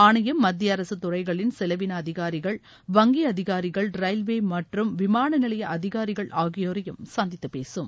ஆணையம் மத்திய அரசு துறைகளின் செலவின அதிகாரிகள் வங்கி அதிகாரிகள் ரயில்வே மற்றும் விமானநிலைய அதிகாரிகள் ஆகியோரையும் சந்தித்து பேசும்